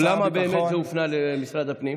ולמה באמת זה הופנה למשרד הפנים?